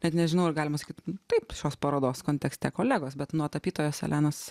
net nežinau ar galima sakyt taip šios parodos kontekste kolegos bet nuo tapytojos elenos